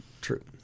True